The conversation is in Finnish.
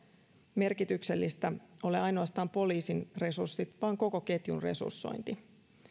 merkityksellistä ole ainoastaan poliisin resurssit vaan koko ketjun resursointi